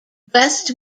west